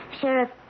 Sheriff